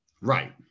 Right